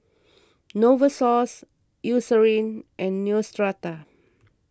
Novosource Eucerin and Neostrata